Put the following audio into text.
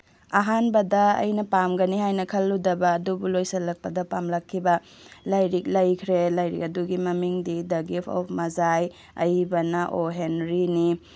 ꯑꯍꯥꯟꯕꯗ ꯑꯩꯅ ꯄꯥꯝꯒꯅꯤ ꯍꯥꯏꯅ ꯈꯟꯂꯨꯗꯕ ꯑꯗꯨꯕꯨ ꯂꯣꯏꯁꯤꯜꯂꯛꯄꯗ ꯄꯥꯝꯂꯛꯈꯤꯕ ꯂꯥꯏꯔꯤꯛ ꯂꯩꯈ꯭ꯔꯦ ꯂꯥꯏꯔꯤꯛ ꯑꯗꯨꯒꯤ ꯃꯃꯤꯡꯗꯤ ꯗ ꯒꯤꯐ ꯑꯣꯐ ꯃꯖꯥꯏ ꯑꯏꯕꯅ ꯑꯣ ꯍꯦꯅꯔꯤꯅꯤ